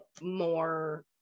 more